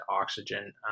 oxygen